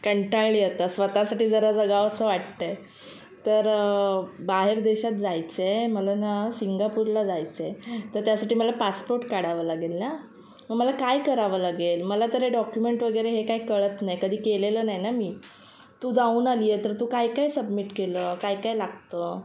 कंटाळली आता स्वतःसाठी जरा जगावंसं वाटतं आहे तर बाहेर देशात जायचं आहे मला ना सिंगापूरला जायचं आहे तर त्यासाठी मला पासपोर्ट काढावं लागेल ना मग मला काय करावं लागेल मला तर हे डॉक्युमेंट वगैरे हे काय कळत नाही कधी केलेलं नाही ना मी तू जाऊन आली आहे तर तू काय काय सबमिट केलं काय काय लागतं